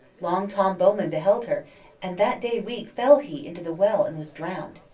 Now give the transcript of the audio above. long tom bowman beheld her and that day week fell he into the well and was drowned.